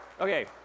Okay